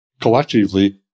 collectively